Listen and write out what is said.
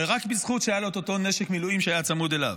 ורק בזכות שהיה לו את אותו נשק מילואים שהיה צמוד אליו.